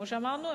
כמו שאמרנו,